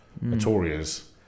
notorious